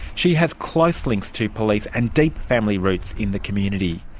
she has close links to police and deep family roots in the community.